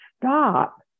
stop